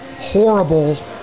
horrible